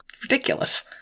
ridiculous